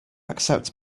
accept